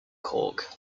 cork